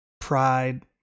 pride